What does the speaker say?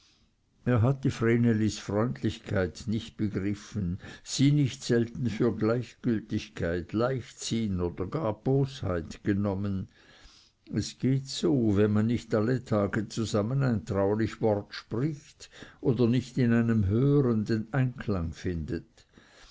er hatte vrenelis freundlichkeit nicht begriffen sie nicht selten für gleichgültigkeit leichtsinn oder gar bosheit genommen es geht so wenn man nicht alle tage zusammen ein traulich wort spricht oder nicht in einem höhern den einklang findet